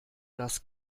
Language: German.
das